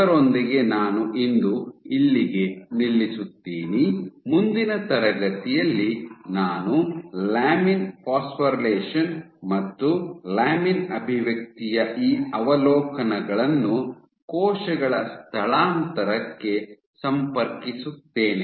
ಅದರೊಂದಿಗೆ ನಾನು ಇಂದು ಇಲ್ಲಿಗೆ ನಿಲ್ಲಿಸುತ್ತೀನಿ ಮುಂದಿನ ತರಗತಿಯಲ್ಲಿ ನಾನು ಲ್ಯಾಮಿನ್ ಫಾಸ್ಫೊರಿಲೇಷನ್ ಮತ್ತು ಲ್ಯಾಮಿನ್ ಅಭಿವ್ಯಕ್ತಿಯ ಈ ಅವಲೋಕನಗಳನ್ನು ಕೋಶಗಳ ಸ್ಥಳಾಂತರಕ್ಕೆ ಸಂಪರ್ಕಿಸುತ್ತೇನೆ